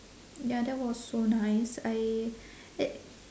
ya that was so nice I ate